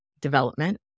development